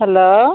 hello